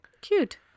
Cute